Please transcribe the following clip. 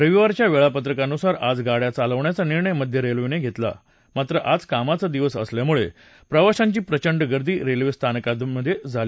रविवारच्या वेळापत्रकानुसार आज गाड्या चालवण्याचा निर्णय मध्य रेल्वेनं घेतला मात्र आज कामाचा दिवस असल्यामुळे प्रवाशांची प्रचंड गर्दी रेल्वेस्थानकांमधे झाली